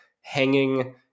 hanging